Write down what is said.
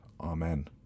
Amen